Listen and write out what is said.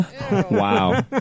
Wow